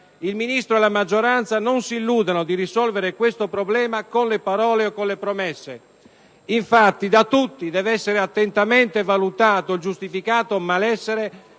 Il Ministro e la maggioranza non si illudano di risolvere questo problema con le parole o le promesse. Infatti, da tutti deve essere attentamente valutato il giustificato malessere